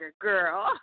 girl